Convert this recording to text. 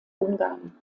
ungarn